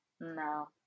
No